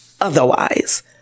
otherwise